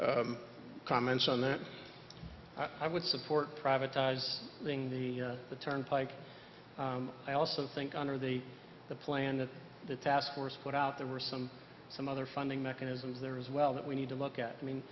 comments on that i would support privatized being the the turnpike i also think under the the plan that the task force put out there were some some other funding mechanisms there as well that we need to look at i mean